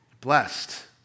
Blessed